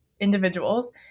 individuals